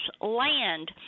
land